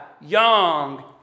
young